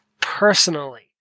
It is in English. personally